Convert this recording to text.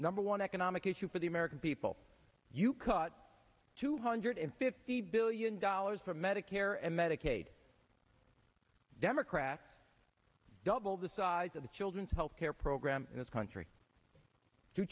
number one economic issue for the american people you cut two hundred fifty billion dollars from medicare and medicaid democrat double the size of the children's health care program in this country two